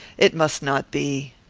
it must not be.